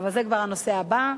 זה כבר הנושא הבא.